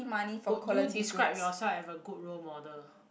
would you describe yourself as a good role model